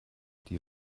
die